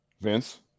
Vince